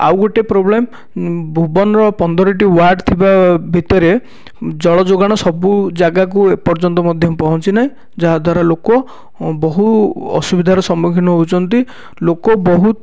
ଆଉ ଗୋଟେ ପ୍ରୋବ୍ଲେମ ଭୁବନ ର ପନ୍ଦର ଟି ୱାର୍ଡ ଥିବା ଭିତରେ ଜଳ ଯୋଗାଣ ସବୁ ଜାଗାକୁ ଏପର୍ଯ୍ୟନ୍ତ ମଧ୍ୟ ପହଞ୍ଚି ନାହିଁ ଯାହାଦ୍ୱାରା ଲୋକ ବହୁ ଅସୁବିଧାର ସମ୍ମୁଖୀନ ହେଉଛନ୍ତି ଲୋକ ବହୁତ୍